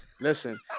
Listen